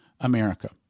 America